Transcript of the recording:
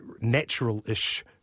natural-ish